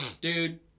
Dude